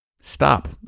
stop